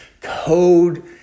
Code